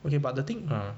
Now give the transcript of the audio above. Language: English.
okay but the thing lah